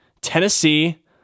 Tennessee